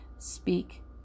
speak